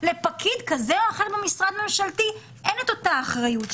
לפקיד כזה או אחר במשרד ממשלתי אין את אותה אחריות,